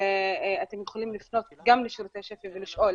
ואתם יכולים לפנות גם לשירותי שפ"י ולשאול